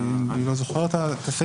האם אנחנו מדברים על סעיף (יא)?